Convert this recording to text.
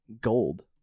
gold